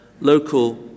local